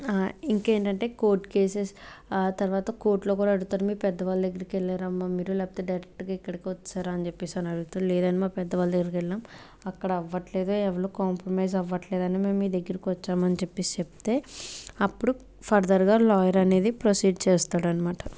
ఇంకేంటి అంటే court cases ఆ తర్వాత కోర్టులో కూడా అడుగుతారు మీ పెద్ద వాళ్ళ దగ్గరికి వెళ్ళారా అమ్మ మీరు లేకపోతే డైరెక్ట్గా ఇక్కడికి వచ్చారా అని చెప్పేసి అని అడుగుతారు లేదండి మా పెద్దవాళ్ళ దగ్గరికి వెళ్ళాం అక్కడ అవ్వట్లేదు ఎవరు కాంప్రమైజ్ అవ్వట్లేదు అని మేము మీ దగ్గరికి వచ్చామనిచెప్పేసి చెప్తే అప్పుడు ఫర్దర్గా లాయర్ అనేది ప్రొసీడ్ చేస్తాడన్నమాట